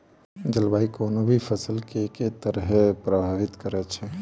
जलवायु कोनो भी फसल केँ के तरहे प्रभावित करै छै?